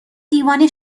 دیوانه